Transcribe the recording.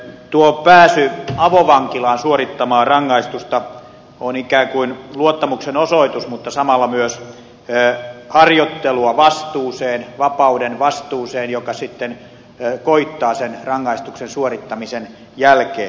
tuo pääsy avovankilaan suorittamaan rangaistusta on ikään kuin luottamuksenosoitus mutta samalla myös harjoittelua vastuuseen vapauden vastuuseen joka sitten koittaa sen rangaistuksen suorittamisen jälkeen